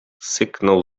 syknął